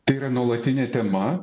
tai yra nuolatinė tema